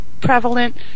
prevalent